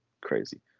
crazy